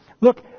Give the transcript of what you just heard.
look